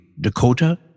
Dakota